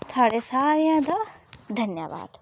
थुआढ़े सारेआं दा धन्न्वाद